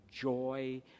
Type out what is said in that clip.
joy